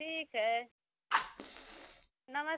ठीक है नमस